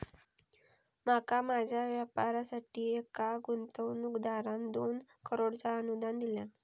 माका माझ्या व्यापारासाठी एका गुंतवणूकदारान दोन करोडचा अनुदान दिल्यान